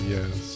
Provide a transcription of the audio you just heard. Yes